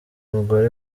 umugore